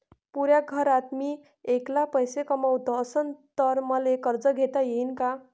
पुऱ्या घरात मी ऐकला पैसे कमवत असन तर मले कर्ज घेता येईन का?